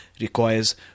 requires